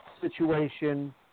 situation